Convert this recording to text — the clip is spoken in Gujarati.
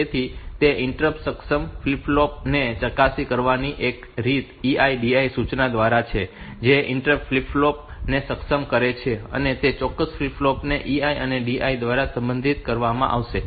તેથી તે ઇન્ટરપ્ટ સક્ષમ ફ્લિપ ફ્લોપ ને ચાલાકી કરવાની એક રીત EI DI સૂચના દ્વારા છે જે ઇન્ટરપ્ટ ફ્લિપ ફ્લોપ ને સક્ષમ કરે છે અને તે ચોક્કસ ફ્લિપ ફ્લોપ ને EI અથવા DI દ્વારા સંશોધિત કરવામાં આવશે પરંતુ 5